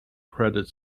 crowded